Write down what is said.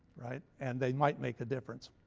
and they might make a difference.